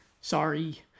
sorry